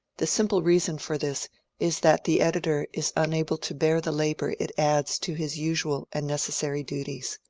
the simple reason for this is that the ed itor is unable to bear the labour it adds to his usual and neces sary duties.